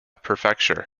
prefecture